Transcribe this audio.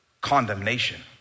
condemnation